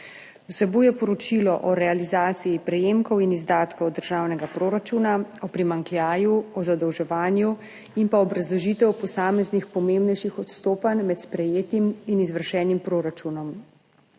Vsebuje poročilo o realizaciji prejemkov in izdatkov državnega proračuna, o primanjkljaju, o zadolževanju in obrazložitev posameznih pomembnejših odstopanj med sprejetim in izvršenim proračunom.